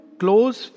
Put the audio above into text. close